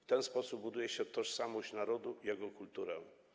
W ten sposób buduje się tożsamość narodu, jego kulturę.